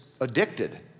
addicted